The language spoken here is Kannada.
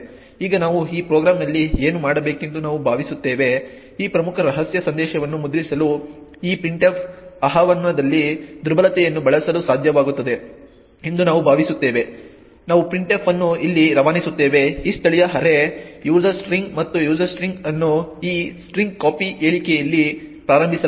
ಈಗ ನಾವು ಈ ಪ್ರೋಗ್ರಾಂನಲ್ಲಿ ಏನು ಮಾಡಬೇಕೆಂದು ನಾವು ಭಾವಿಸುತ್ತೇವೆ ಈ ಪ್ರಮುಖ ರಹಸ್ಯ ಸಂದೇಶವನ್ನು ಮುದ್ರಿಸಲು ಈ printf ಆಹ್ವಾನದಲ್ಲಿ ದುರ್ಬಲತೆಯನ್ನು ಬಳಸಲು ಸಾಧ್ಯವಾಗುತ್ತದೆ ಎಂದು ನಾವು ಭಾವಿಸುತ್ತೇವೆ ನಾವು printf ಅನ್ನು ಇಲ್ಲಿ ರವಾನಿಸುತ್ತೇವೆ ಈ ಸ್ಥಳೀಯ ಅರೇ user string ಮತ್ತು user string ಅನ್ನು ಈ strcpy ಹೇಳಿಕೆಯಲ್ಲಿ ಪ್ರಾರಂಭಿಸಲಾಗಿದೆ